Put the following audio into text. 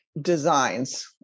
designs